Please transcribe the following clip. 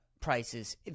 prices